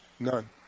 None